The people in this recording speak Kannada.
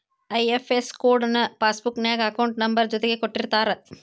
ಐ.ಎಫ್.ಎಸ್ ಕೊಡ್ ನ ಪಾಸ್ಬುಕ್ ನ್ಯಾಗ ಅಕೌಂಟ್ ನಂಬರ್ ಜೊತಿಗೆ ಕೊಟ್ಟಿರ್ತಾರ